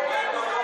רוצים הכרה.